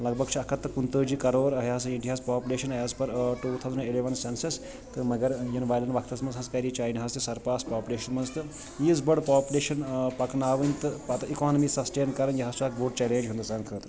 لگ بگ چھُ اکھ ہَتھ تہٕ کُنتٲجی کرٛور یہِ حظ یہِ اِنڈیاہَس population as per two thousand eleven census تہٕ مگر یِنہٕ والٮ۪ن وقتس منٛز حظ کرِ یہِ چایناہس تہِ سرپاس پاپُلیشن منٛز تہٕ ییٖژ بٔڈ پاپُلیشن پکناوٕنۍ تہٕ پتہٕ اِکانمی سسٹین کرٕنۍ یہِ حظ چھُ اکھ بوٚڈ چیلینج ہنٛدوستان خٲطرٕ